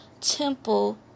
temple